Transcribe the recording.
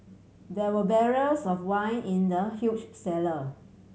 there were barrels of wine in the huge cellar